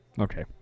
Okay